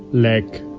leg,